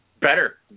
better